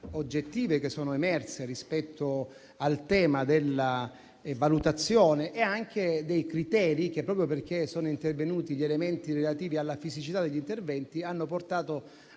oggettive che sono emerse rispetto al tema della valutazione e dei criteri che, proprio perché sono intervenuti gli elementi relativi alla fisicità degli interventi, hanno portato